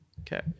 Okay